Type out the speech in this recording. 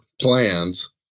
plans